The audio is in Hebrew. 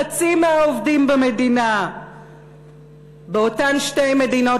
חצי מהעובדים במדינה באותן שתי מדינות